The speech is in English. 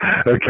okay